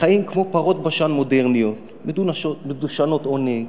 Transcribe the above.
שחיים כמו פרות בשן מודרניות, מדושנות עונג,